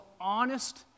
honest